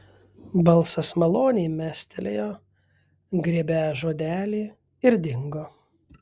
balsas maloniai mestelėjo grėbią žodelį ir dingo